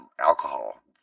alcohol